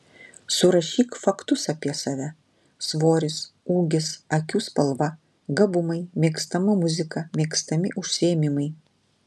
surašyk faktus apie save svoris ūgis akių spalva gabumai mėgstama muzika mėgstami užsiėmimai